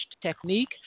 technique